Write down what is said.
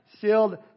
sealed